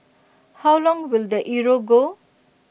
how long will the euro go